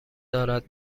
دارد